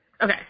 Okay